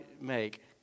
make